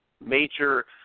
major